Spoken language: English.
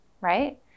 right